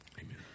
Amen